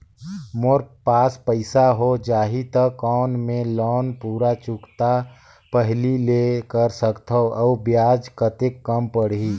मोर पास पईसा हो जाही त कौन मैं लोन पूरा चुकता पहली ले कर सकथव अउ ब्याज कतेक कम पड़ही?